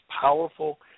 powerful